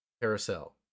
carousel